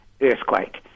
earthquake